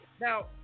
now